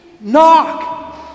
Knock